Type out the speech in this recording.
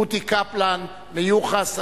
רותי קפלן-מיוחס,